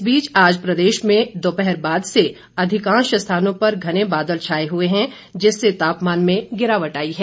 इस बीच आज प्रदेश में दोपहर बाद से अधिकांश स्थानों पर घने बादल छाए हुए हैं जिससे तापमान में गिरावट आई है